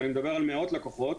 ואני מדבר על מאות לקוחות,